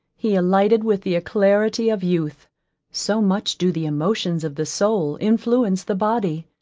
he alighted with the alacrity of youth so much do the emotions of the soul influence the body.